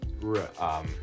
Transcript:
Right